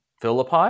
Philippi